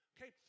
Okay